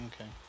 Okay